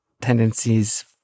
tendencies